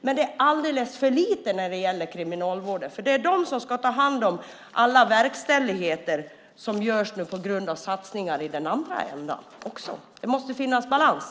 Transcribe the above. Men det är alldeles för lite när det gäller kriminalvården, för det är de som ska ta hand om alla verkställigheter på grund av satsningar som görs i den andra änden. Det måste finnas balans.